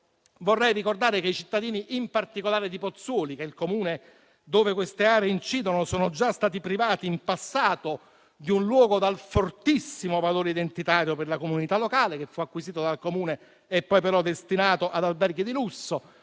vorrei ricordare che i cittadini, in particolare di Pozzuoli, che è il Comune dove queste aree incidono, sono già stati privati in passato di un luogo dal fortissimo valore identitario per la comunità locale, che fu acquisito dal Comune e poi però destinato ad alberghi di lusso.